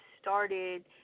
started